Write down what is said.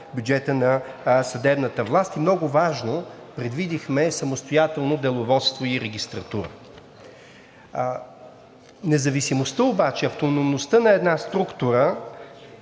бюджета на съдебната власт и много важно –предвидихме самостоятелно деловодство и регистратура. Независимостта обаче, автономността на една структура